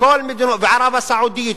ערב-הסעודית,